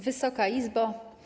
Wysoka Izbo!